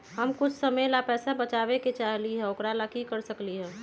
हम कुछ समय ला पैसा बचाबे के चाहईले ओकरा ला की कर सकली ह?